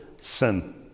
sin